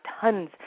tons